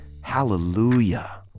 hallelujah